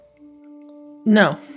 No